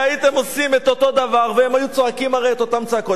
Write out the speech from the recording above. הרי הייתם עושים את אותו דבר והם היו צועקים את אותן צעקות.